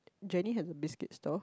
Jenny has a biscuit store